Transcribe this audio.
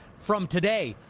from today,